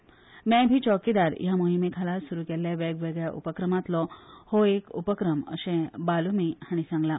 मै भी चौकीदार ह्या मोहिमेखाला सुरू केल्ल्या वेगवेगळ्या उपक्रमातलो हो एक उपक्रम अशे बालूमी हाणी सांगला